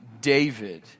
David